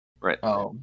Right